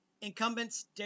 incumbents